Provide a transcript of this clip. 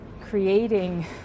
creating